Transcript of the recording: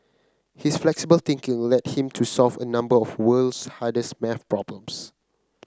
his flexible thinking led him to solve a number of the world's hardest maths problems